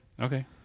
Okay